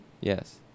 Yes